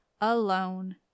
alone